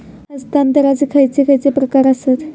हस्तांतराचे खयचे खयचे प्रकार आसत?